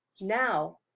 now